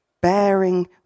bearing